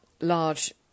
large